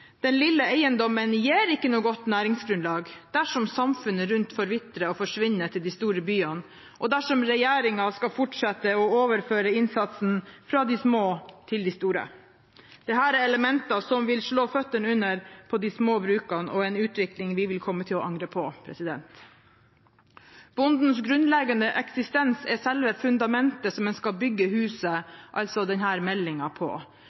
Den lille eiendommen gir ikke noe godt næringsgrunnlag dersom samfunnet rundt forvitrer og forsvinner til de store byene, og dersom regjeringen skal fortsette å overføre innsatsen fra de små til de store. Dette er elementer som vil slå beina under de små brukene, og en utvikling vi vil komme til å angre på. Bondens grunnleggende eksistens er selve fundamentet som en skal bygge huset – altså denne meldingen – på.